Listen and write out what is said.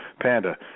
Panda